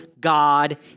God